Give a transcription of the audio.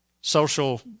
social